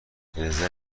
رزرو